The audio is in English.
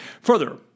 Further